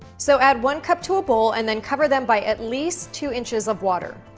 so add one cup to a bowl and then cover them by at least two inches of water.